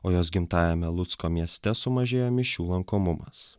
o jos gimtajame lucko mieste sumažėjo mišių lankomumas